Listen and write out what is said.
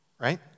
right